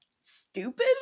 stupid